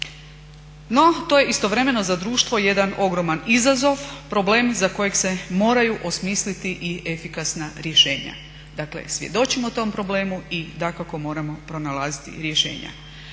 No to je istovremeno za društvo jedan ogroman izazov, problem za kojeg se moraju osmisliti i efikasna rješenja. Dakle svjedočimo tom problemu i dakako moramo pronalaziti rješenja.